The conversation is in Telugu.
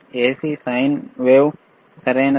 ఎసి వోల్టేజ్ సైన్ వేవ్ సరియైనదా